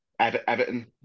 Everton